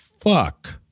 fuck